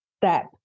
step